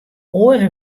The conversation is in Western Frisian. oare